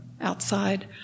outside